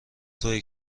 توئه